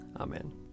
Amen